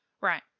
right